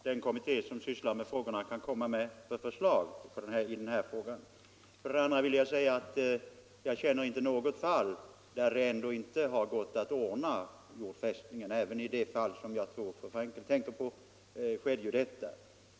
Herr talman! För det första vill jag gärna avvakta förslag från den kommitté som sysslar med dessa frågor. För det andra vill jag säga att jag inte känner till något fall där det inte gått att ordna jordfästning efter kremation. Det skedde ju även i det fall som jag tror att fru Frenkel tänker på.